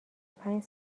پنج